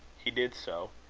he did so.